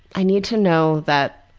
i need to know that,